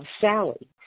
Sally